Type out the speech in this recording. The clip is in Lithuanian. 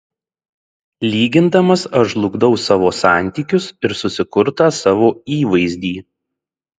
lygindamas aš žlugdau savo santykius ir susikurtą savo įvaizdį